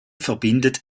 verbindet